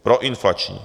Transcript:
Proinflační!